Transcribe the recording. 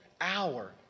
hour